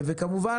כמובן